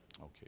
Okay